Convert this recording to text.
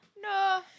No